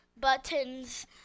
buttons